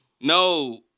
no